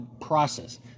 process